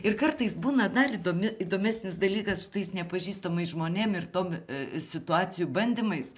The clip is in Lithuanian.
ir kartais būna dar įdomi įdomesnis dalykas su tais nepažįstamais žmonėm ir tom situacijų bandymais